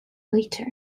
later